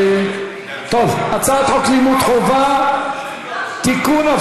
הצעת חוק לימוד חובה (תיקון,